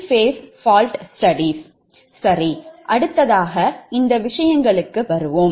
சரி அடுத்ததாக இந்த விஷயங்களுக்கு வருவோம்